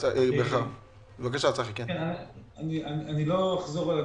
אני לא אחזור על הדברים.